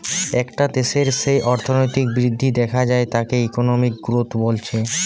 একটা দেশের যেই অর্থনৈতিক বৃদ্ধি দেখা যায় তাকে ইকোনমিক গ্রোথ বলছে